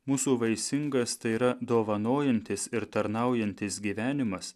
mūsų vaisingas tai yra dovanojantis ir tarnaujantis gyvenimas